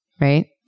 right